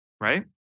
right